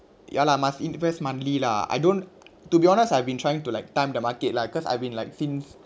ya lah must invest monthly lah I don't to be honest I've been trying to like time the market lah cause I've been like since